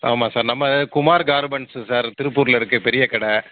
ஆமாம் சார் நம்ம Kumar garments sir திருப்பூரில் இருக்குது பெரிய கடை